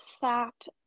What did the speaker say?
fact